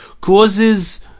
causes